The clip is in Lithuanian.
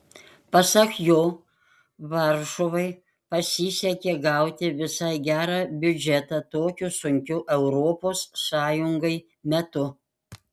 pasak jo varšuvai pasisekė gauti visai gerą biudžetą tokiu sunkiu europos sąjungai metu